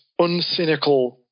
uncynical